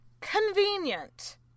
Convenient